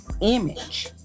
image